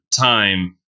time